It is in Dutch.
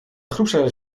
groepsleider